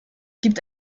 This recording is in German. gibt